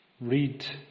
read